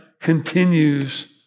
continues